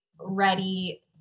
ready